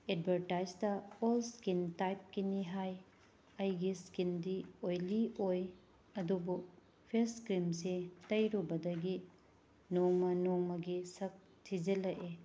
advertised all skin ꯇꯥꯏꯞꯀꯤꯅꯤ ꯍꯥꯏ ꯑꯩꯒꯤ ꯁ꯭ꯀꯤꯟꯗꯤ ꯑꯣꯏꯂꯤ ꯑꯣꯏ ꯑꯗꯨꯕꯨ ꯐꯦꯁ ꯀ꯭ꯔꯤꯝꯁꯦ ꯇꯩꯔꯨꯕꯗꯒꯤ ꯅꯣꯡꯃ ꯅꯣꯡꯃꯒꯤ ꯁꯛ ꯊꯤꯖꯤꯜꯂꯛꯑꯦ